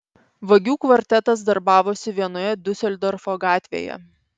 vagių kvartetas darbavosi vienoje diuseldorfo gatvėje